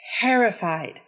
terrified